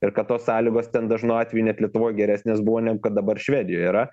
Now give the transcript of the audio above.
ir kad tos sąlygos ten dažnu atveju net lietuvoj geresnės buvo negu kad dabar švedijoj yra